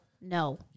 no